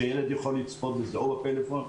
הילד יכול לצפות בטלפון,